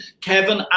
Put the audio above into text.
kevin